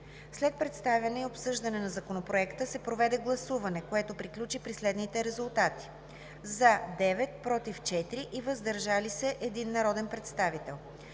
След представяне и обсъждане на Законопроекта се проведе гласуване, което приключи със следните резултати: „за“ – 9, „против“ – 4, „въздържал се“ – 1 народен представител.